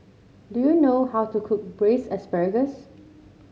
do you know how to cook Braised Asparagus